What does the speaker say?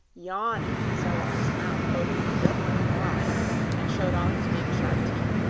yawning so that his mouth opened dreadfully wide and showed all his big, sharp teeth